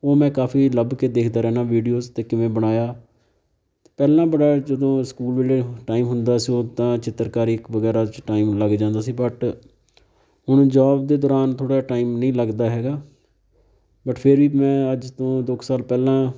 ਉਹ ਮੈਂ ਕਾਫੀ ਲੱਭ ਕੇ ਦੇਖਦਾ ਰਹਿੰਦਾ ਵੀਡੀਓਜ 'ਤੇ ਕਿਵੇਂ ਬਣਾਇਆ ਪਹਿਲਾਂ ਬੜਾ ਜਦੋਂ ਸਕੂਲ ਵੇਲੇ ਟਾਈਮ ਹੁੰਦਾ ਸੀ ਉਹ ਤਾਂ ਚਿੱਤਰਕਾਰੀ ਵਗੈਰਾ 'ਚ ਟਾਈਮ ਲੱਗ ਜਾਂਦਾ ਸੀ ਬਟ ਹੁਣ ਜੋਬ ਦੇ ਦੌਰਾਨ ਥੋੜ੍ਹਾ ਟਾਈਮ ਨਹੀਂ ਲੱਗਦਾ ਹੈਗਾ ਬਟ ਫਿਰ ਵੀ ਮੈਂ ਅੱਜ ਤੋਂ ਦੋ ਕੁ ਸਾਲ ਪਹਿਲਾਂ